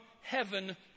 heaven